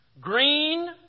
Green